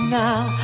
now